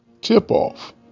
tip-off